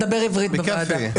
דבר עברית בוועדה.